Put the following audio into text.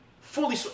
Fully